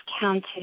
counted